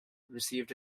received